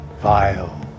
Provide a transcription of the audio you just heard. vile